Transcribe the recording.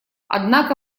однако